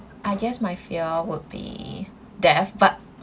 I guess my fear would be death but